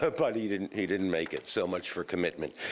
ah but he didn't he didn't make it. so much for commitment.